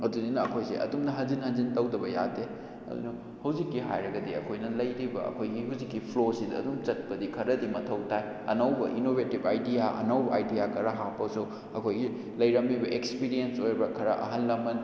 ꯑꯗꯨꯗꯨꯅ ꯑꯩꯈꯣꯏꯁꯦ ꯑꯗꯨꯝ ꯍꯟꯖꯤꯟ ꯍꯟꯖꯤꯟ ꯇꯧꯗꯕ ꯌꯥꯗꯦ ꯑꯗꯨꯅ ꯍꯧꯖꯤꯛꯀꯤ ꯍꯥꯏꯔꯒꯗꯤ ꯑꯩꯈꯣꯏꯅ ꯂꯩꯔꯤꯕ ꯑꯩꯈꯣꯏꯒꯤ ꯍꯧꯖꯤꯛꯀꯤ ꯐ꯭ꯂꯣꯁꯤꯗ ꯑꯗꯨꯝ ꯆꯠꯄꯗꯤ ꯈꯔꯗꯤ ꯃꯊꯧ ꯇꯥꯏ ꯑꯅꯧꯕ ꯏꯅꯣꯕꯦꯇꯤꯕ ꯑꯥꯏꯗꯤꯌꯥ ꯑꯅꯧꯕ ꯑꯥꯏꯗꯤꯌꯥ ꯈꯔ ꯍꯥꯞꯄꯁꯨ ꯑꯩꯈꯣꯏꯒꯤ ꯂꯩꯔꯝꯂꯤꯕ ꯑꯦꯛꯁꯄꯔꯤꯌꯦꯟꯁ ꯑꯣꯏꯔꯕ ꯈꯔ ꯑꯍꯜ ꯂꯃꯟ